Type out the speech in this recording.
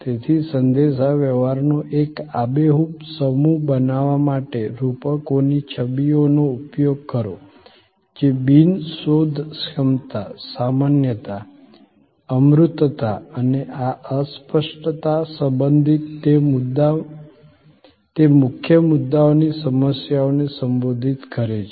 તેથી સંદેશાવ્યવહારનો એક આબેહૂબ સમૂહ બનાવવા માટે રૂપકોની છબીઓનો ઉપયોગ કરો જે બિન શોધક્ષમતા સામાન્યતા અમૂર્તતા અને આ અસ્પષ્ટતા સંબંધિત તે મુખ્ય મુદ્દાઓની સમસ્યાને સંબોધિત કરે છે